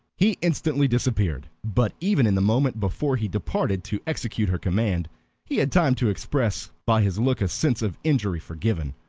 he instantly disappeared but even in the moment before he departed to execute her command he had time to express by his look a sense of injury forgiven,